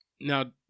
Now